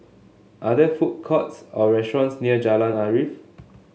are there food courts or restaurants near Jalan Arif